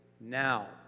Now